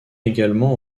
également